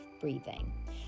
breathing